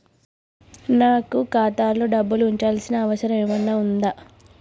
నాకు ఖాతాలో డబ్బులు ఉంచాల్సిన అవసరం ఏమన్నా ఉందా?